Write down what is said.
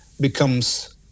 becomes